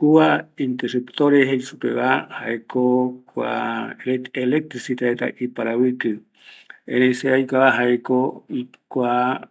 Kua interruptores jei superetava, jaeko electrico reta iparavɨkɨ, erei se aikua kua